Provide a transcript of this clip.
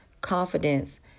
confidence